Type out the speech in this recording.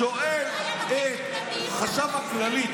שואל את החשב הכללי,